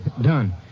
done